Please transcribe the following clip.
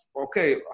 okay